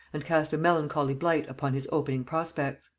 and cast a melancholy blight upon his opening prospects.